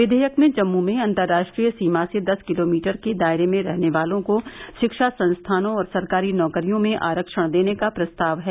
विधेयक में जम्मू में अंतरर्राष्ट्रीय सीमा से दस किलोमीटर के दायरे में रहने वालों को रिक्षा संस्थानों और सरकारी नौकरियों में आरक्षण देने का प्रस्ताव है